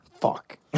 Fuck